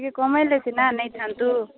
ଟିକେ କମେଇଲେ ସିନା ନେଇଥାନ୍ତୁ